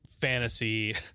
fantasy